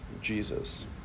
Jesus